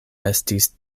estis